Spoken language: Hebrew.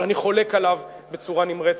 אבל אני חולק עליו בצורה נמרצת.